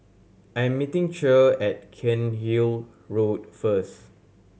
I am meeting Cher at Cairnhill Road first